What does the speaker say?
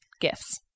gifts